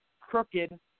crooked